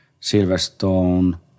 Silverstone